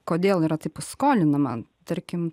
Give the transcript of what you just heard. kodėl yra taip skolinama tarkim